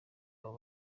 abo